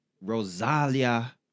Rosalia